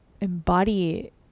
embody